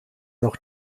noch